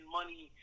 money